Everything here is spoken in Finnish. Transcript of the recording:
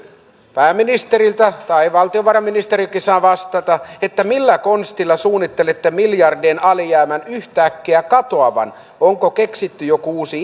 pääministeriltä tai valtiovarainministerikin saa vastata millä konstilla suunnittelette miljardien alijäämän yhtäkkiä katoavan onko keksitty joku uusi